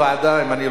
אם אני לא טועה.